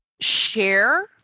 share